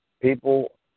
People